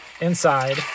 inside